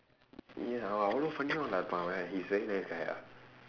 ஏன் அவன் அவ்வளவு:een avan avvalavu frienda இப்ப அவன்:ippa avan he's very nice guy ah